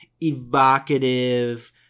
evocative